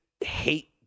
hate